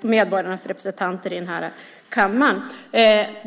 medborgarnas representanter i denna kammare.